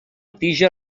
tija